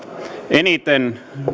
eniten